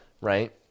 right